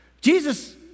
Jesus